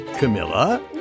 Camilla